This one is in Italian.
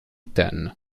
ten